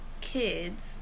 kids